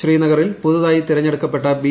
ശ്രീനഗറിൽ പുതുതായി തെരഞ്ഞെടുക്കപ്പെട്ട ബി